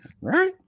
right